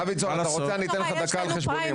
דוידסון, אם אתה רוצה אני אתן לך דקה על חשבוני.